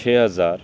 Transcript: چھ ہزار